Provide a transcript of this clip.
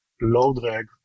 low-drag